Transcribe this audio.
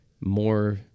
more